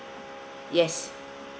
yes